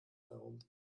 darum